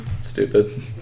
stupid